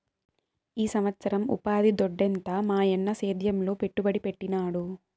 ఈ సంవత్సరం ఉపాధి దొడ్డెంత మాయన్న సేద్యంలో పెట్టుబడి పెట్టినాడు